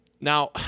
Now